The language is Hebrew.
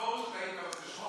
שחורות שחורים.